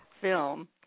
film